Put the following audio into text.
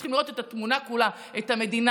צריכים לראות את התמונה כולה: את המדינה,